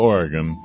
Oregon